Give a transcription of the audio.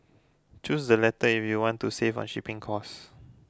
choose the latter if you want to save on shipping cost